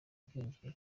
bwiyongera